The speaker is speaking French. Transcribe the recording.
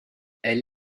elle